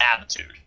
attitude